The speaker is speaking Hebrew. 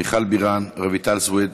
מיכל בירן, רויטל סויד,